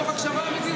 מתוך הקשבה אמיתית.